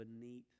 beneath